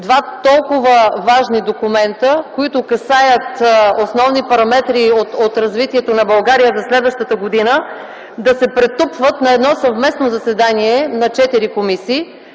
Два толкова важни документа, които касаят основни параметри от развитието на България за следващата година, да се претупват на едно съвместно заседание на четири комисии.